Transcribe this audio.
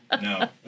no